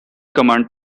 command